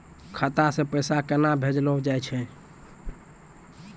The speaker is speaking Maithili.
खाता से पैसा केना भेजलो जाय छै?